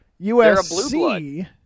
USC